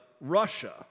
Russia